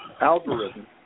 algorithm